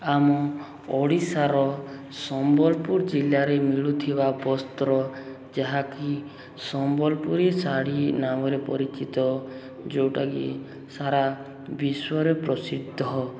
ଆମ ଓଡ଼ିଶାର ସମ୍ବଲପୁର ଜିଲ୍ଲାରେ ମିଳୁଥିବା ବସ୍ତ୍ର ଯାହାକି ସମ୍ବଲପୁରୀ ଶାଢ଼ୀ ନାମରେ ପରିଚିତ ଯେଉଁଟାକି ସାରା ବିଶ୍ୱରେ ପ୍ରସିଦ୍ଧ